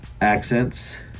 accents